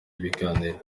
ibiganiro